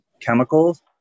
chemicals